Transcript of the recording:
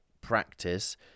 practice